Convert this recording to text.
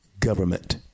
government